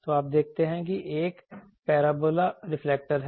तो आप देखते हैं कि एक पैराबोला रिफ्लेक्टर है